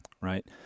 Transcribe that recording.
right